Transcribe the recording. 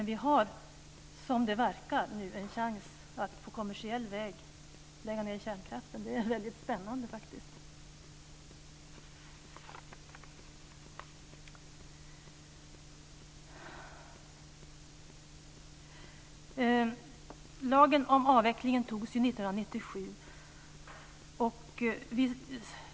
Vi har nu, som det verkar, en chans att på kommersiell väg lägga ned kärnkraften. Det är spännande! Lagen om avvecklingen antogs 1997.